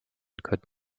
could